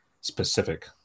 specific